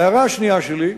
ההערה השנייה שלי,